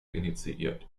initiiert